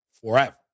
forever